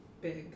big